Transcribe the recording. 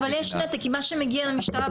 אבל מה שמגיע אל המשטרה,